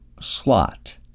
slot